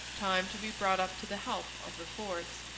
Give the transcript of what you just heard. time to be brought up to the help of the forts.